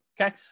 okay